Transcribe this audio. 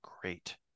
great